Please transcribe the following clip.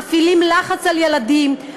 מפעילים לחץ על ילדים,